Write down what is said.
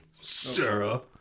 Sarah